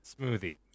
Smoothie